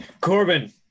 Corbin